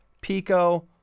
Pico